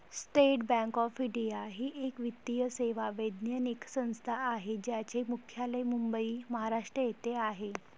state bank of India ही एक वित्तीय सेवा वैधानिक संस्था आहे ज्याचे मुख्यालय मुंबई, महाराष्ट्र येथे आहे